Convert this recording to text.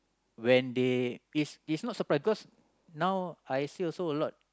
when they it's it's not surprise because now I feel also a lot